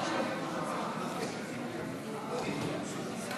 (בחינה ועדכון של תוכניות) (הוראת שעה),